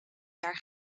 jaar